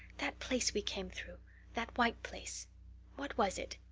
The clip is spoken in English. that place we came through that white place what was it?